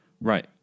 Right